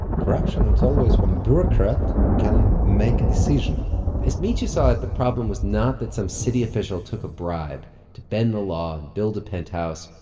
corruption and is always when a bureaucrat can make a decision as mitya saw it, the problem was not that some city official took a bribe to bend the law and build a penthouse.